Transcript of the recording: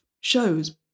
shows